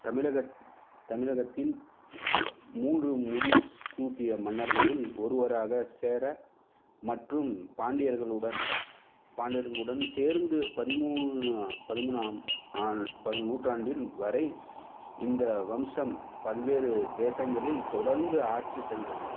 தமிழக தமிழகத்தின் மூன்று முடிசூட்டிய மன்னர்களில் ஒருவராக சேர மற்றும் பாண்டியர்களுடன் பாண்டியர்களுடன் சேர்ந்து பதிமூணு பதிமூணாம் நூற்றாண்டில் வரை இந்த வம்சம் பல்வேறு தேசங்களில் தொடர்ந்து ஆட்சி செய்தது